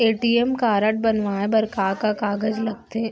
ATM card बनवाये बर का का कागज लगथे?